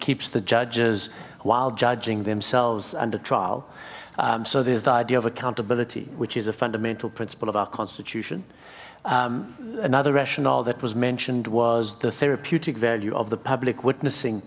keeps the judges while judging themselves and a trial so there's the idea of accountability which is a fundamental principle of our constitution another rationale that was mentioned was the therapeutic value of the public witnessing